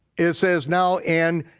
it says now and,